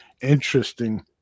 Interesting